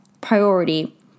priority